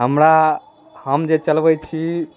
हमरा हम जे चलबै छी